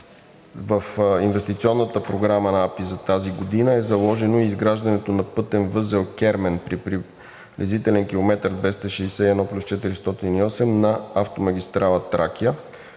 В инвестиционната програма на АПИ за тази година е заложено и изграждането на пътен възел Кермен при приблизителен км 261+408 на автомагистрала „Тракия“,